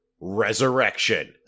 Resurrection